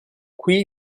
qui